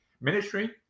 ministry